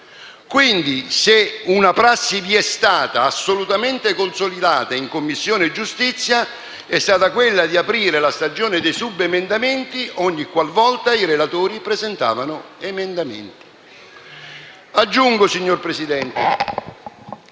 Quindi, se una prassi vi è stata, assolutamente consolidata, in Commissione giustizia, è stata quella di aprire la stagione dei subemendamenti ogni qual volta i relatori presentavano emendamenti. Aggiungo, signor Presidente,